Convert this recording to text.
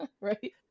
Right